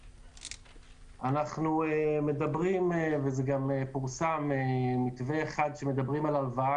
אנחנו מדברים וזה פורסם מתווה אחד שמדברים עליו,